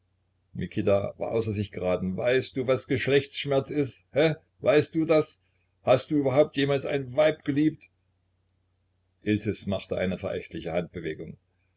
war außer sich geraten weißt du was geschlechtsschmerz ist heh weißt dus hast du überhaupt jemals ein weib geliebt iltis machte eine verächtliche handbewegung